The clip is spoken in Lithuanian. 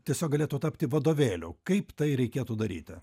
tiesiog galėtų tapti vadovėliu kaip tai reikėtų daryti